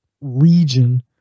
region